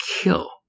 kill